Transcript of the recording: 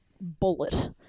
bullet